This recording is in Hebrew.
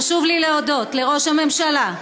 חשוב לי להודות לראש הממשלה,